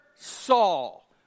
Saul